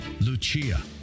Lucia